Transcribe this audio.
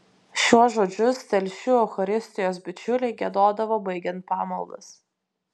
šiuos žodžius telšių eucharistijos bičiuliai giedodavo baigiant pamaldas